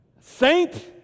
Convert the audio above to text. saint